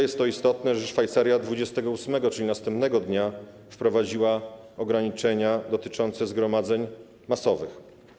Jest to istotne o tyle, że Szwajcaria dwudziestego ósmego, czyli następnego dnia, wprowadziła ograniczenia dotyczące zgromadzeń masowych.